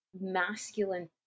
masculine